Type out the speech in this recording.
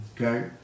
okay